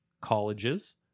Colleges